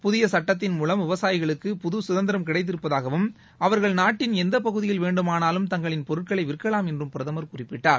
புதிய சட்டத்தின் மூலம் விவசாயிகளுக்கு புது குதந்திரம் கிடைத்திருப்பதாகவும் அவர்கள் நாட்டின் எந்தப் பகுதியில் வேண்டுமானாலும் தங்களின் பொருட்களை விற்கலாம் என்றும் பிரதமர் குறிப்பிட்டார்